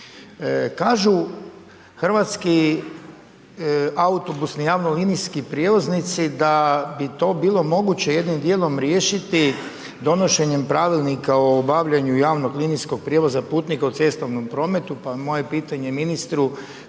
Kažu hrvatski autobusni javno linijski prijevoznici da bi to bilo moguće, jednim dijelom riješiti, donošenjem pravilnika o obavljanju javno linijskog prijevoza putnika u cestovnom prometu, pa moje pitanje, ministru,